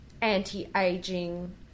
anti-aging